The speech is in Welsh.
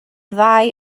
ddau